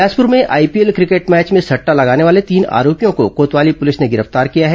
बिलासपुर में IPL cricket match में सट्टा लगाने वाले तीन आरोपियों को कोतवाली पुलिस ने गिरफ्तार किया है